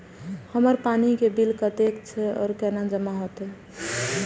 हमर पानी के बिल कतेक छे और केना जमा होते?